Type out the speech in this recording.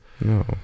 no